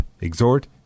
exhort